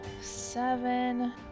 seven